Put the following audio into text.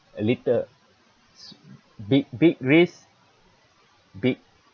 a lit~ uh s~ big big risk big